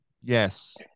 Yes